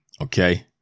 Okay